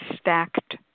stacked